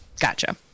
Gotcha